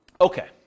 Okay